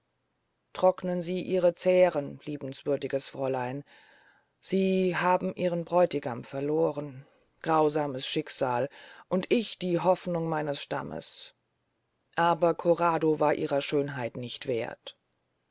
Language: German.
trocknen sie ihre zähren liebenswürdiges fräulein sie haben ihren bräutigam verloren grausames schicksal und ich die hofnung meines stammes aber corrado war ihrer schönheit nicht wehrt